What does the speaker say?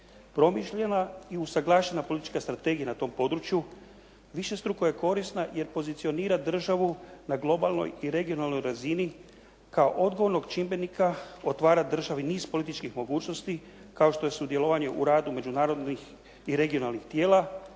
Promišljena i usaglašena politička strategija na tom području višestruko je korisna jer pozicionira državu na globalnoj i regionalnoj razini kao odgovornog čimbenika, otvara državi niz političkih mogućnosti kao što je sudjelovanje u radu međunarodnih i regionalnih tijela